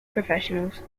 professionals